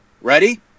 Ready